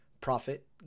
profit